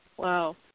Wow